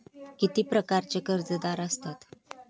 किती प्रकारचे कर्जदार असतात